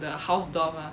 the house door mah